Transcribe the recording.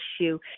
issue